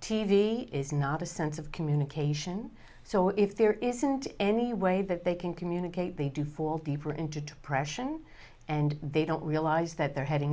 t v is not a sense of communication so if there isn't any way that they can communicate they do for deeper into depression and they don't realize that they're heading